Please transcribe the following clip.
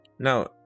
now